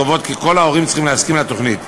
קובעות כי כל ההורים צריכים להסכים לתוכנית,